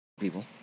people